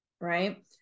right